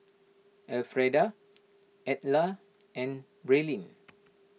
Elfreda Edla and Braelyn